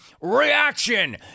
reaction